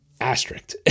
Asterisk